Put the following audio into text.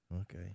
Okay